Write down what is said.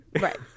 Right